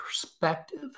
perspective